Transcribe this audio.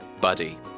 Buddy